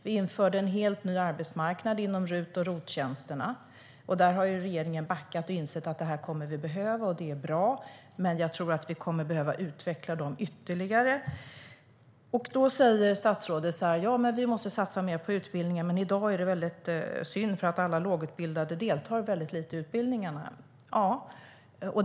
Vi införde en helt ny arbetsmarknad inom RUT och ROT-tjänsterna. Där har regeringen backat och insett att vi kommer att behöva dem. Det är bra, men jag tror att vi kommer att behöva utveckla dem ytterligare. Statsrådet säger att vi måste satsa mer på utbildning och att det är synd att lågutbildade deltar väldigt lite i utbildningarna i dag.